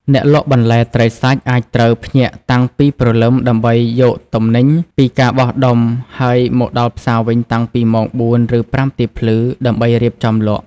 អ្នកលក់បន្លែត្រីសាច់អាចត្រូវភ្ញាក់តាំងពីព្រលឹមដើម្បីទៅយកទំនិញពីការបោះដុំ ហើយមកដល់ផ្សារវិញតាំងពីម៉ោង ៤ ឬ ៥ ទៀបភ្លឺ ដើម្បីរៀបចំលក់។